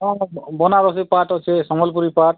ହଁ ହଁ ବନାରସୀ ପାଟ ଅଛେ ସମ୍ବଲପୁରୀ ପାଟ